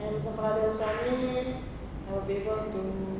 and kalau ada suami I would be able to